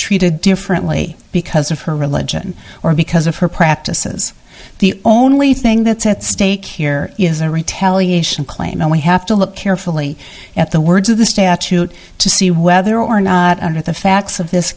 treated differently because of her religion or because of her practices the only thing that's at stake here is a retaliation claim only have to look carefully at the words of the statute to see whether or not under the facts of this